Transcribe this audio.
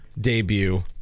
debut